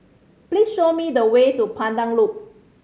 please show me the way to Pandan Loop